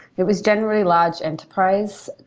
it was generally large enterprise,